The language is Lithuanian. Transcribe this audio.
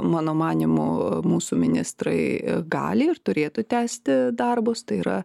mano manymu mūsų ministrai gali ir turėtų tęsti darbus tai yra